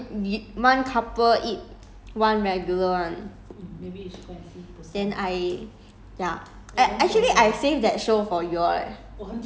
buy two regular one lor eh so ya lah then we one couple eat one regular one then I